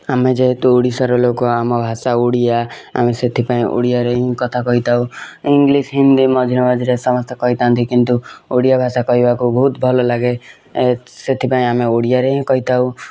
ଆମେ ଯେହେତୁ ଓଡ଼ିଶାର ଲୋକ ଆମ ଭାଷା ଓଡ଼ିଆ ଆଉ ସେଥିପାଇଁ ଓଡ଼ିଆରେ ହିଁ କଥା କହିଥାଉ ଇଂଲିଶ ହିନ୍ଦୀ ମଝିରେ ମଝିରେ ସମସ୍ତେ କହିଥାନ୍ତି କିନ୍ତୁ ଓଡ଼ିଆ ଭାଷା କହିବାକୁ ବହୁତ ଭଲ ଲାଗେ ଆଉ ସେଥିପାଇଁ ଆମେ ଓଡ଼ିଆରେ ହିଁ କହିଥାଉ